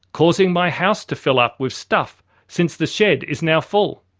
causing my house to fill up with stuff since the shed is now full.